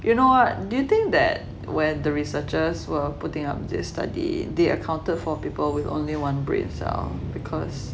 you know what do you think that where the researchers were putting up this study they accounted for people with only one brain cell because